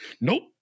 nope